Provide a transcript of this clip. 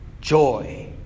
joy